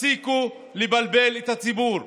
תפסיקו לבלבל את הציבור,